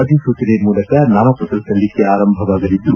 ಅಧಿಸೂಚನೆ ಮೂಲಕ ನಾಮಪತ್ರ ಸಲ್ಲಿಕೆ ಆರಂಭವಾಗಲಿದ್ದು